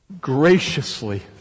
Graciously